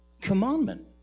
commandment